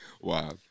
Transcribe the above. Wow